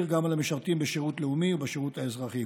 וגם על המשרתים בשירות לאומי ובשירות האזרחי.